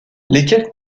lesquels